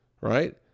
right